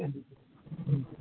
हँ हुँ